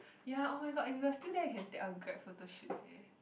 ya [oh]-my-god if we're still there we can take a grab photo shoot there